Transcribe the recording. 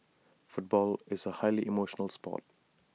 football is A highly emotional Sport